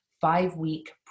five-week